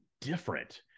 different